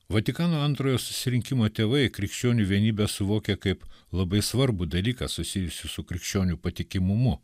vatikano antrojo susirinkimo tėvai krikščionių vienybę suvokė kaip labai svarbų dalyką susijusį su krikščionių patikimumu